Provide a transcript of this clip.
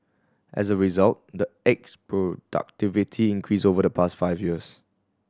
as a result eggs productivity increased over the past five years